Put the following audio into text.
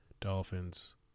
Dolphins